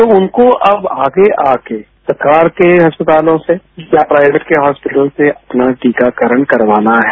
तो उनकों अब आगे आके सरकार के अस्पतालो से या प्राइवेट के हॉसंपिटल से अपना टीकाकरण करवाना है